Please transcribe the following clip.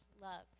love